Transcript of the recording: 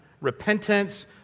repentance